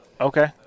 Okay